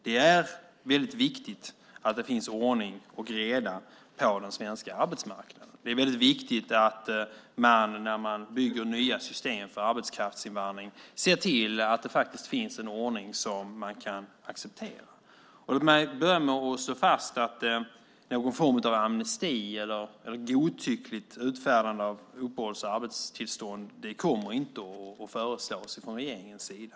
Det är väldigt viktigt att det finns ordning och reda på den svenska arbetsmarknaden och att man när man bygger nya system för arbetskraftsinvandring ser till att det finns en ordning som man kan acceptera. Låt mig börja med att slå fast att någon form av amnesti eller godtyckligt utfärdande av uppehålls och arbetstillstånd inte kommer att föreslås från regeringens sida.